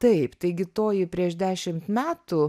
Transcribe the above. taip taigi toji prieš dešimt metų